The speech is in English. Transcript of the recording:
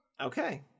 Okay